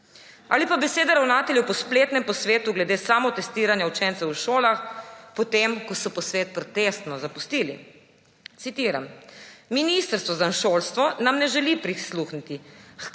Ali pa besede ravnateljev po spletnem posvetu glede samotestiranja učencev v šolah, potem ko so posvet protestno zapustili. Citiram: »Ministrstvo za šolstvo nam ne želi prisluhniti,